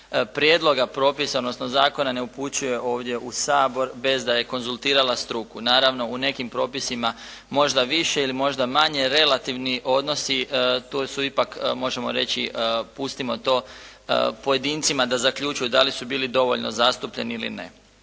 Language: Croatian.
prijedloga propisa, odnosno zakona ne upućuje ovdje u Sabor bez da je konzultirala struku. Naravno u nekim propisima možda više ili možda manje. Relativni odnosi to su ipak možemo reći pustimo to pojedincima da zaključuju da li su bili dovoljno zastupljeni ili ne.